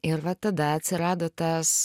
ir va tada atsirado tas